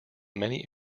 many